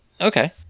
Okay